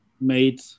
made